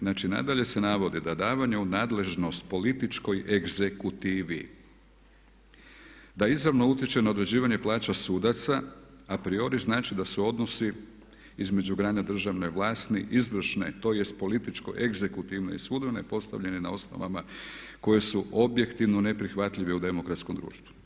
Znači, nadalje se navodi da davanje u nadležnost političkoj egzekutivi, da izravno utječe na određivanje plaća sudaca a priori znači da su odnosi između organa državne vlasti izvršne, tj. političko egzekutivne i sudbene postavljeni na osnovama koje su objektivno neprihvatljive u demokratskom društvu.